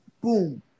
Boom